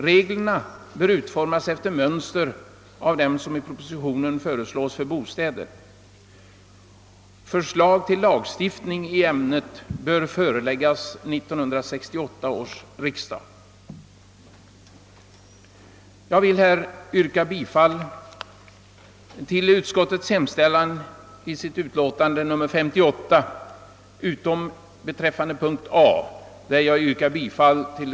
Reglerna bör utformas efter mönster av dem som i propositionen föreslås för bostäder. Förslag till lagstiftning i ämnet bör föreläggas 1968 års riksdag. Jag vill här yrka bifall till utskottets hemställan i dess utlåtande nr 58 utom i punkten A, där jag yrkar bifall